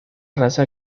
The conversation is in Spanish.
raza